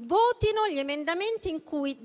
Votino gli emendamenti in cui